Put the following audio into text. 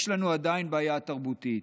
יש לנו עדיין בעיה תרבותית.